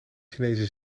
chinese